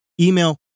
email